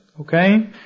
Okay